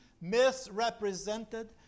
misrepresented